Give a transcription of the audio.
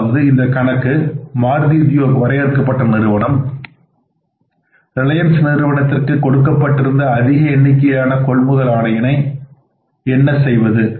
அதாவது இந்த கணக்கு மாருதி உத்தியோக் வரையறுக்கப்பட்டது நிறுவனம் ரிலையன்ஸ் நிறுவனத்திற்கு கொடுக்கப்பட்டிருந்த அதிக எண்ணிக்கையிலான கொள்முதல் ஆணையினை என்ன செய்வது